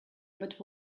but